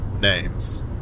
names